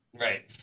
Right